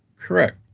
correct.